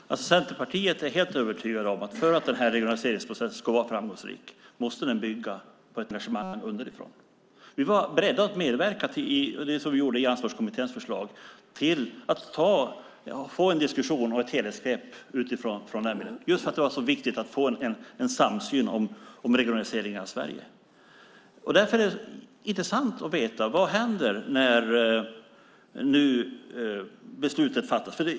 Fru talman! Vi i Centerpartiet är helt övertygade om att regionaliseringsprocessen för att vara framgångsrik måste bygga på ett engagemang underifrån. Vi var beredda att medverka till att få en diskussion och ett helhetsgrepp, just för att det var så viktigt att få en samsyn om regionaliseringen av Sverige. Detta gjorde vi i Ansvarskommitténs förslag. Därför vore det intressant att veta vad som händer när nu beslutet fattas.